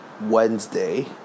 Wednesday